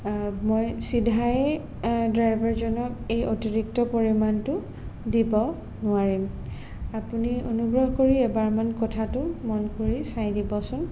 মই ছিধাই ড্ৰাইভাৰজনক এই অতিৰিক্ত পৰিমাণটো দিব নোৱাৰিম আপুনি অনুগ্ৰহ কৰি এবাৰমান কথাটো মন কৰি চাই দিবচোন